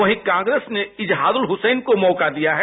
वहीं कांग्रेस ने इजहारुल हुसैन को मौका दिया है